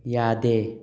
ꯌꯥꯗꯦ